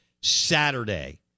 Saturday